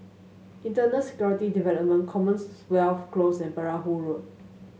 Internal Security Department Commonwealth Close and Perahu Road